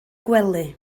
gwely